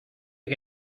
que